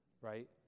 right